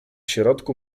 środku